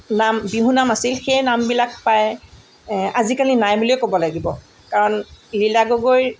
নাম বিহু নাম আছিল সেই নামবিলাক প্ৰায় আজিকালি নাই বুলিয়ে ক'ব লাগিব কাৰণ লীলা গগৈৰ